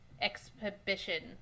exhibition